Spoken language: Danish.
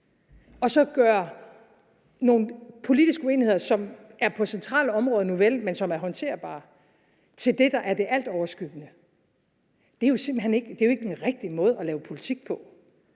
– og gøre nogle politiske uenigheder, som der, nuvel, er på nogle centrale områder, men som er håndterbare, til det, der er det altoverskyggende, er jo ikke en rigtig måde at lave politik på.